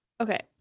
okay